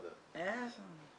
אי אפשר לדעת.